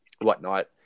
whatnot